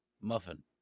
Muffin